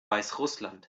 weißrussland